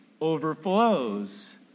overflows